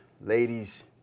ladies